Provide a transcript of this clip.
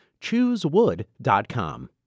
Choosewood.com